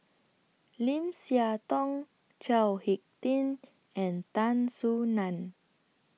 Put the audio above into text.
Lim Siah Tong Chao Hick Tin and Tan Soo NAN